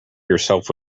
yourself